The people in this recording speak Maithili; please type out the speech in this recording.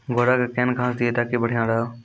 घोड़ा का केन घास दिए ताकि बढ़िया रहा?